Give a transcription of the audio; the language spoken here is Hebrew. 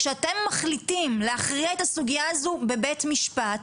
כשאתם מחליטים להכריע את הסוגייה הזו בבית משפט,